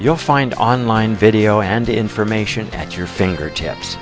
you'll find online video and information at your fingertips